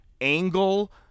Angle